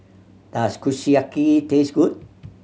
does Kushiyaki taste good